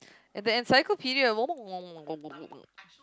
and then the encyclopedia